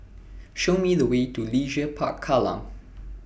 Show Me The Way to Leisure Park Kallang